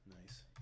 Nice